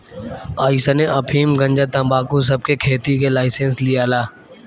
अइसने अफीम, गंजा, तंबाकू सब के खेती के लाइसेंस लियाला